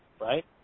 right